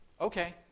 Okay